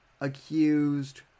accused